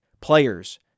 players